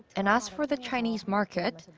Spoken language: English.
and as for the chinese market,